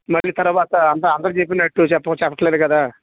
మళ్ళీ తర్వాత అందరికీ చెప్పి చెప్పినట్లు చెప్పట్లేదు కదా